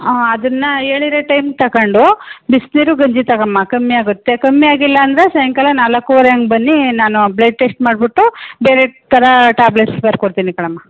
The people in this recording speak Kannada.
ಆಂ ಅದನ್ನು ಹೇಳಿರ ಟೈಮ್ ತಗಂಡು ಬಿಸಿನೀರು ಗಂಜಿ ತಗೊಮ್ಮ ಕಮ್ಮಿ ಆಗುತ್ತೆ ಕಮ್ಮಿ ಆಗಿಲ್ಲ ಅಂದರೆ ಸಾಯಂಕಾಲ ನಾಲ್ಕುವರೆ ಹಂಗ್ ಬನ್ನಿ ನಾನು ಬ್ಲಡ್ ಟೆಶ್ಟ್ ಮಾಡಿಬಿಟ್ಟು ಬೇರೆ ಥರ ಟ್ಯಾಬ್ಲೆಟ್ಸ್ ಬರ್ಕೊಡ್ತೀನಿ ಕಣಮ್ಮ